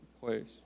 place